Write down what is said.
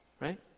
right